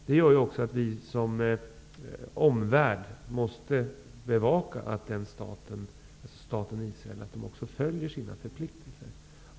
Detta gör ju också att vi i omvärlden måste bevaka att staten Israel också följer sina förpliktelser.